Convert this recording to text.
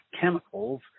chemicals